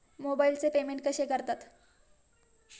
मोबाइलचे पेमेंट कसे करतात?